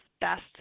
best